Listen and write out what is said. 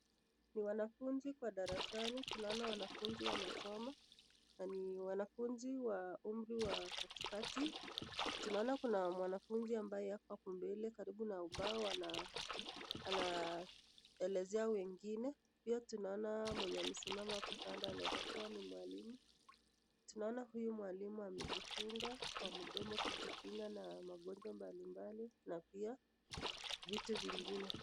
Ni wanafunzi kwa darasani tunaona wanafunzi wanasoma na ni wanafunzi wa umri wa katikati tunaona kuna mwanafunzi ambaye ako hapo mbele karibu na ubao, anaelezea wengine, pia tunaona mwenye amesimama hapo kando anaweza kuwa ni mwalimu, tunaona huyu mwalimu amejifunga kwa mdomo kujikinga kutokana na magonjwa mbalimbali na pia vitu vingine.